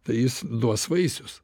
tai jis duos vaisius